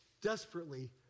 Desperately